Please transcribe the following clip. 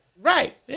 Right